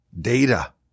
data